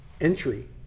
entry